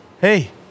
hey